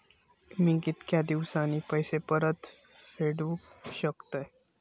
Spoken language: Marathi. मी कीतक्या दिवसांनी पैसे परत फेडुक शकतय?